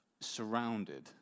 surrounded